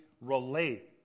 relate